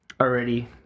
already